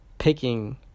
Picking